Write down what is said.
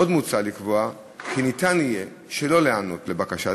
עוד מוצע לקבוע כי ניתן יהיה שלא להיענות לבקשה,